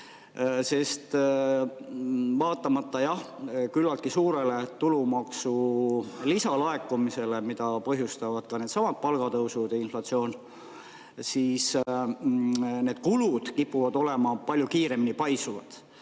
Vaatamata küllaltki suurele tulumaksu lisalaekumisele, mida põhjustavad ka needsamad palgatõusud ja inflatsioon, kipuvad need kulud paisuma palju kiiremini.